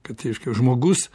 ką tai reiškia žmogus